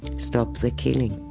stop the killing